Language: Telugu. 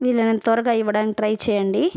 వీలైనంత త్వరగా ఇవ్వడానికి ట్రై చేయండీ